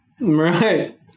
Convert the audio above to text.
Right